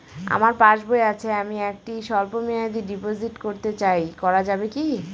আমার পাসবই আছে আমি একটি স্বল্পমেয়াদি ডিপোজিট করতে চাই করা যাবে কি?